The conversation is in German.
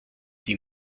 die